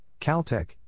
Caltech